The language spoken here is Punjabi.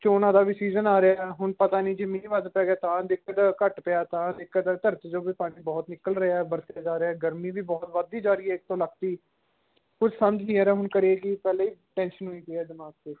ਚੋਣਾਂ ਦਾ ਵੀ ਸੀਜ਼ਨ ਆ ਰਿਹਾ ਹੁਣ ਪਤਾ ਨਹੀਂ ਜੇ ਮੀਂਹ ਵੱਧ ਪੈ ਗਿਆ ਤਾਂ ਦਿੱਕਤ ਘੱਟ ਪਿਆ ਤਾਂ ਦਿੱਕਤ ਧਰਤੀ 'ਚੋਂ ਵੀ ਪਾਣੀ ਬਹੁਤ ਨਿਕਲ ਰਿਹਾ ਬਰਕਤ ਜਾ ਰਿਹਾ ਗਰਮੀ ਵੀ ਬਹੁਤ ਵੱਧਦੀ ਜਾ ਰਹੀ ਆ ਕੁਛ ਸਮਝ ਨਹੀਂ ਆ ਰਿਹਾ ਹੁਣ ਕਰੀਏ ਕੀ ਪਹਿਲਾਂ ਹੀ ਟੈਂਸ਼ਨ ਹੋਈ ਪਈ ਆ ਦਿਮਾਗ 'ਤੇ